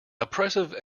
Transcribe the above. oppressive